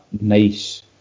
nice